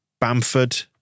Bamford